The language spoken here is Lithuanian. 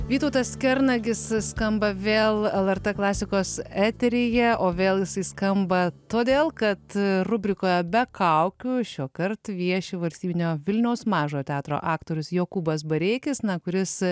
vytautas kernagis skamba vėl lrt klasikos eteryje o vėl jisai skamba todėl kad rubrikoje be kaukių šiuokart vieši valstybinio vilniaus mažojo teatro aktorius jokūbas bareikis na kuris